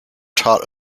taught